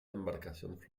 embarcacions